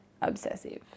obsessive